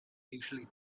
usually